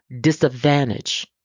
disadvantage